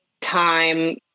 time